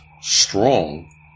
strong